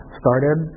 started